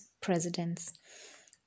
presidents